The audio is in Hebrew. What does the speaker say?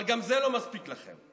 אבל גם זה לא מספיק לכם.